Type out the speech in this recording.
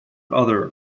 other